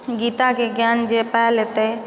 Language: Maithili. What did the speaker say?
गीताके ज्ञान जे पाबि लेतै